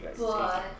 guys